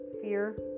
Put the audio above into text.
fear